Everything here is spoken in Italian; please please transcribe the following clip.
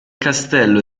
castello